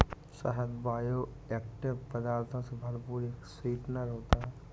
शहद बायोएक्टिव पदार्थों से भरपूर एक स्वीटनर होता है